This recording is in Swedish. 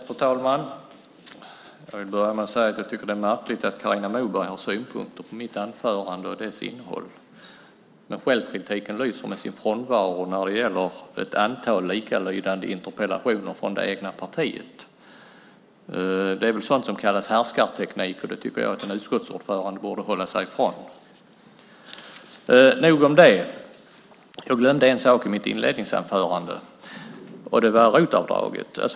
Fru talman! Det är märkligt att Carina Moberg har synpunkter på mitt anförande och dess innehåll när självkritiken lyser med sin frånvaro när det gäller ett antal likalydande interpellationer från det egna partiet. Det är väl sådant som kallas härskarteknik. Det tycker jag att en utskottsordförande borde hålla sig ifrån. Nog om det. Jag glömde en sak i mitt inledningsanförande. Det gällde ROT-avdraget.